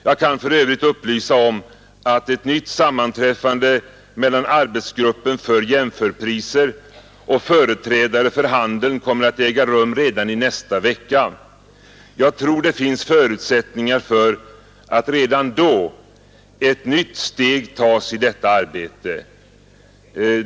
Jag kan för övrigt upplysa om att ett nytt sammanträffande mellan arbetsgruppen för jämförpriser och företrädare för handeln kommer att äga rum redan i nästa vecka. Jag tror det finns förutsättningar för att redan då ett nytt steg kan tas i detta arbete.